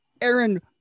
Aaron